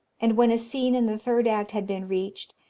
and when a scene in the third act had been reached,